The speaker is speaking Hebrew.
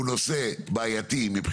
הוא נושא בעייתי.